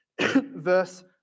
verse